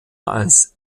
als